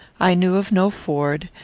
i knew of no ford,